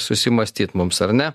susimąstyt mums ar ne